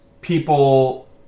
people